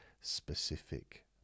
specific